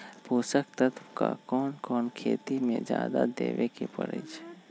पोषक तत्व क कौन कौन खेती म जादा देवे क परईछी?